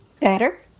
Better